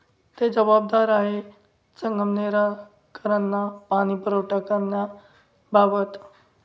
ते जबाबदार आहे संगमनेरकरांना पाणी पुरवठा करण्याबाबत